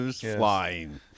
flying